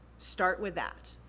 start with that.